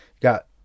Got